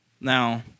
Now